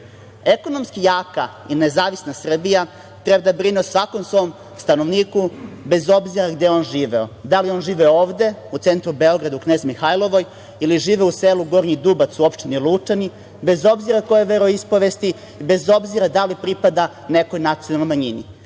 privredi. Ekonomski jaka i nezavisna Srbija treba da brine o svakom svom stanovniku, bez obzira gde on živeo, da li on živeo ovde u centru Beograda, u Knez Mihailovoj ili živeo u selu Gornji Dubac u opštini Lučani, bez obzira koje je veroispovesti, bez obzira da li pripada nekoj nacionalnoj manjini.